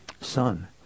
Son